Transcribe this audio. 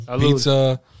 Pizza